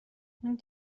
اون